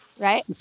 Right